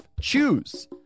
Choose